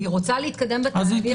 והיא רוצה להתקדם בתהליך.